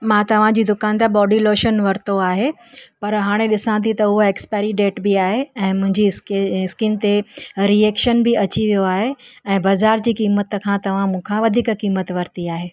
मां तव्हांजी दुकान था बॉडी लोशन वरितो आहे पर हाणे ॾिसां थी त हूअ एक्पाएरी डेट बि आहे ऐं मुंहिंजी स्क स्किन ते रिएक्शन बि अची वियो आहे ऐं बज़ार जी क़ीमत खां तव्हां मूं खां वधीक क़ीमत वरिती आहे